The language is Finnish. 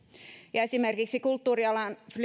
ja esimerkiksi kulttuurialan